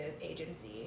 agency